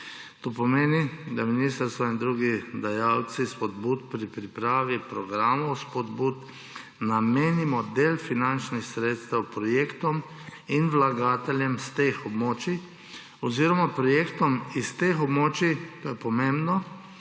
To pomeni, da ministrstvo in drugi dajalci spodbud pri pripravi programov spodbud namenimo del finančnih sredstev projektom in vlagateljem s teh območij oziroma projektom s teh območij – to je pomembno